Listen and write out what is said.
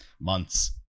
Months